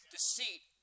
Deceit